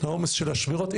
העומס של השמירות.